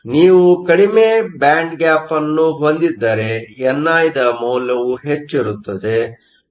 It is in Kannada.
ಆದ್ದರಿಂದ ನೀವು ಕಡಿಮೆ ಬ್ಯಾಂಡ್ ಗ್ಯಾಪ್Band gap ಅನ್ನು ಹೊಂದಿದ್ದರೆ ಎನ್ಐದ ಮೌಲ್ಯವು ಹೆಚ್ಚಿರುತ್ತದೆ